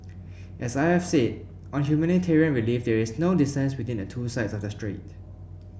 as I have said on humanitarian relief there is no distance between the two sides of the strait